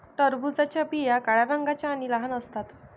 टरबूजाच्या बिया काळ्या रंगाच्या आणि लहान असतात